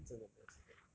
真的没有时间